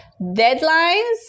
deadlines